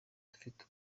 dufite